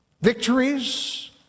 victories